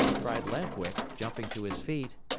cried lamp-wick, jumping to his feet.